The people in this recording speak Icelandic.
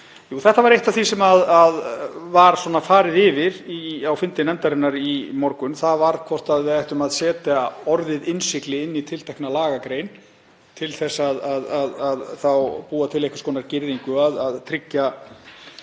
þetta var eitt af því sem var farið yfir á fundi nefndarinnar í morgun, þ.e. hvort við ættum að setja orðið innsigli inn í tiltekna lagagrein til að búa þá til einhvers konar girðingu, að tryggja